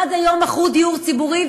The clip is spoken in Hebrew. עד היום מכרו דיור ציבורי,